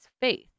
faith